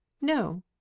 No